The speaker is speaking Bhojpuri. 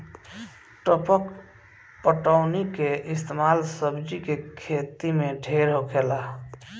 टपक पटौनी के इस्तमाल सब्जी के खेती मे ढेर होला